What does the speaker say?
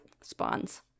spawns